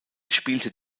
spielte